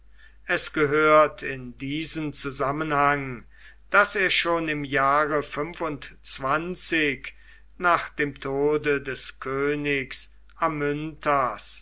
es gehört in diesen zusammenhang daß er schon im jahre nach dem tode des königs